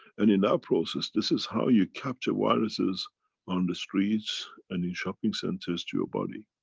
and in that process, this is how you capture viruses on the streets and in shopping centers to your body.